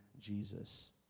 jesus